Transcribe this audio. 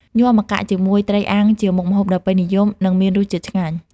ញាំម្កាក់ជាមួយត្រីអាំងជាមុខម្ហូបដ៏ពេញនិយមនិងមានរសជាតិឆ្ងាញ់។